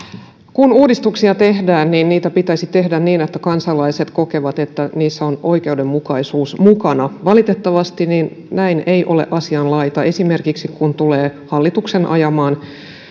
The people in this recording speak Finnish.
kun uudistuksia tehdään niitä pitäisi tehdä niin että kansalaiset kokevat että niissä on oikeudenmukaisuus mukana valitettavasti näin ei ole asianlaita esimerkiksi siinä mitä tulee hallituksen ajamaan